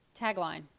Tagline